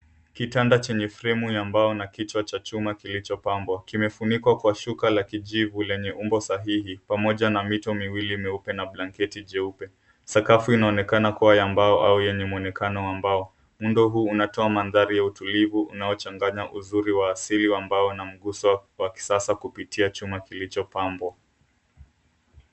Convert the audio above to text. Kitanda chenye fremu ya mbao na kichwa cha chuma kilichopambwa kimefunikwa kwa shuka la kijivu lenye umbo sahihi, pamoja na mito miwili meupe na blanketi jeupe. Sakafu inaonekana kuwa ya mbao au yenye muonekana wa mbao. Mundo huu unatoa manthari ya utulivu unaochanganya uzuri wa asili wa mbao na mguso wakisasa kupitia chuma kilichopambwa.